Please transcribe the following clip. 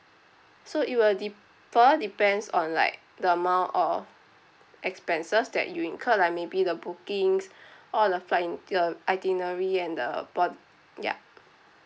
so it will differ depends on like the amount or expenses that you incurred like maybe the bookings all the flight in um itinerary and the board~ ya